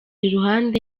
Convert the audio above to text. iruhande